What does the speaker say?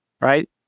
Right